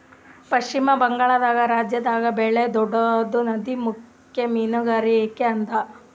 ಪಶ್ಚಿಮ ಬಂಗಾಳ್ ರಾಜ್ಯದಾಗ್ ಭಾಳ್ ದೊಡ್ಡದ್ ನದಿಮುಖ ಮೀನ್ಗಾರಿಕೆ ಅದಾ